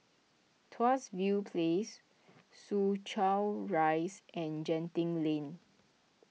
Tuas View Place Soo Chow Rise and Genting Lane